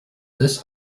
this